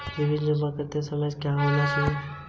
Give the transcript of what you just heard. विभिन्न जमा समय स्लैब क्या उपलब्ध हैं?